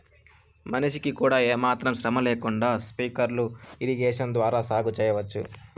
మనిషికి కూడా ఏమాత్రం శ్రమ లేకుండా స్ప్రింక్లర్ ఇరిగేషన్ ద్వారా సాగు చేయవచ్చు